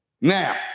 Now